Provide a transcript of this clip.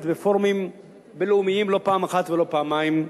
בפורומים בין-לאומיים לא פעם ולא פעמיים,